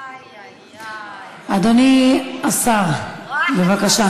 איי איי איי, ראח אל